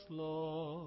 lost